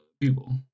people